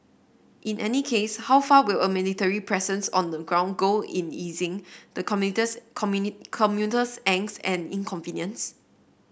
in any case how far will a military presence on the ground go in easing the commuters commuter's angst and inconvenience